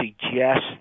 suggest